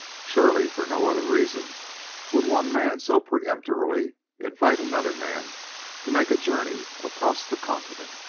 surely, for no other reason would one man so peremptorily invite another man to make a journey across the continent.